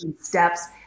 steps